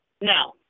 No